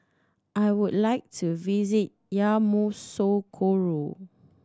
I would like to visit Yamoussoukro